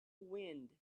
wind